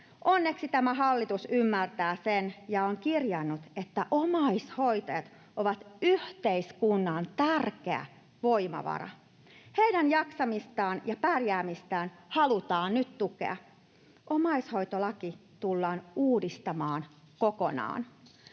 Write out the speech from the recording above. Onneksi tämä hallitus ymmärtää sen ja on kirjannut, että omaishoitajat ovat yhteiskunnan tärkeä voimavara. Heidän jaksamistaan ja pärjäämistään halutaan nyt tukea. Omaishoitolaki tullaan uudistamaan kokonaan.